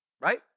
right